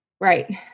Right